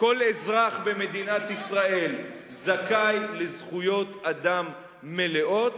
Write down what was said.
וכל אזרח במדינת ישראל זכאי לזכויות אדם מלאות,